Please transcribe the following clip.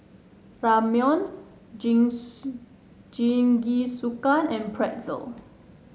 Ramyeon Jinsu Jingisukan and Pretzel